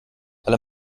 alle